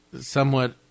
somewhat